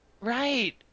right